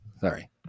Sorry